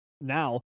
now